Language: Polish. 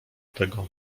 tego